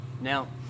Now